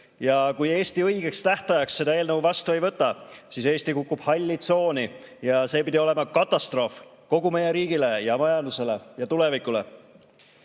ja kui Eesti õigeks tähtajaks seda eelnõu vastu ei võta, siis Eesti kukub halli tsooni, ja see pidi olema katastroof kogu meie riigile ja vajadusele ja tulevikule. Vaadake,